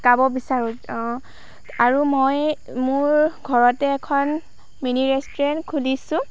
শিকাব বিচাৰোঁ আৰু মই মোৰ ঘৰতে এখন মিনি ৰেষ্টুৰেণ্ট খুলিছোঁ